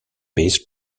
based